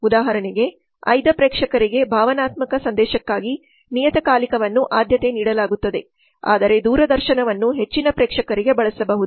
ಉದಾಹರಣೆಗೆ ಆಯ್ದ ಪ್ರೇಕ್ಷಕರಿಗೆ ಭಾವನಾತ್ಮಕ ಸಂದೇಶಕ್ಕಾಗಿ ನಿಯತಕಾಲಿಕವನ್ನು ಆದ್ಯತೆ ನೀಡಲಾಗುತ್ತದೆ ಆದರೆ ದೂರದರ್ಶನವನ್ನು ಹೆಚ್ಚಿನ ಪ್ರೇಕ್ಷಕರಿಗೆ ಬಳಸಬಹುದು